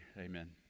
amen